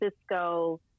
Cisco